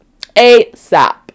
ASAP